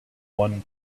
one